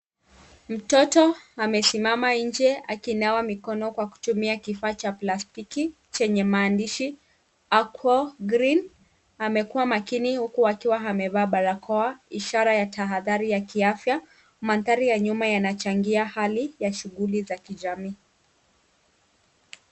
Mtoto amesimama nje akinawa mikono kwa kutumia kifaa cha plastiki chenye maandishi Aqua Green, amekuwa makini huku akiwa amevaa barakoa, ishara ya tahadhari ya kiafya. Mandhari ya nyuma yanachangia hali ya shughuli za kijamii.